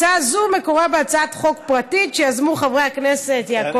הצעה זו מקורה בהצעת חוק פרטית שיזמו חברי הכנסת יעקב אשר,